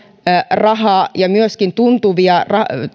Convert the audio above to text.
rahaa ja myöskin tuntuvia